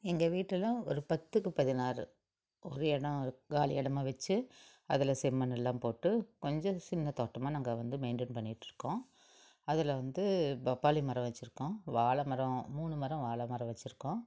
எங்கள் வீட்டில் ஒரு பத்துக்குப் பதினாறு ஒரு எடம் காலி இடமா வச்சி அதில் செம்மண் எல்லாம் போட்டு கொஞ்சம் சின்னத் தோட்டமாக நாங்கள் வந்து மெயின்டென் பண்ணிகிட்ருக்கோம் அதில் வந்து பப்பாளி மரம் வச்சிருக்கோம் வாழ மரம் மூணு மரம் வாழ மரம் வச்சிருக்கோம்